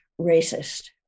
racist